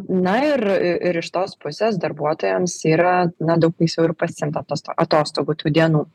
na ir ir iš tos pusės darbuotojams yra na daug laisviau ir pasiimt atos atostogų tų dienų